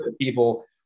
people